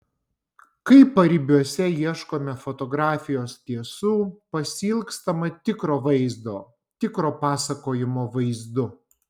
kai paribiuose ieškome fotografijos tiesų pasiilgstama tikro vaizdo tikro pasakojimo vaizdu